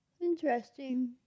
interesting